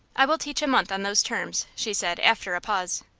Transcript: i will teach a month on those terms, she said, after a pause.